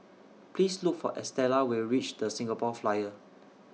Please Look For Estella when YOU REACH The Singapore Flyer